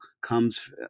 comes